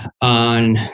on